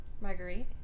Marguerite